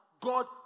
God